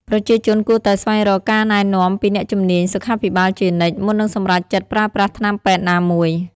ប្រជាជនគួរតែស្វែងរកការណែនាំពីអ្នកជំនាញសុខាភិបាលជានិច្ច មុននឹងសម្រេចចិត្តប្រើប្រាស់ថ្នាំពេទ្យណាមួយ។